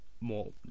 more